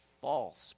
false